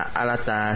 alata